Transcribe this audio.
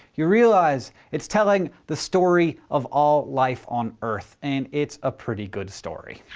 you realize it's telling the story of all life on earth. and it's a pretty good story.